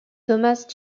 thomas